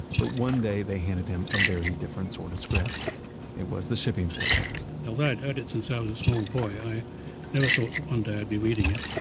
but one day they handed him a very different sort of script it was the shipping forecast although i'd heard it since i was a small boy, i never thought that one day i'd be reading it.